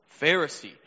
Pharisee